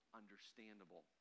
understandable